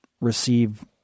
receive